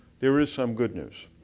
there is some good news.